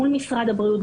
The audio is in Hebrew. מול משרד הבריאות,